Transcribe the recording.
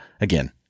again